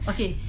Okay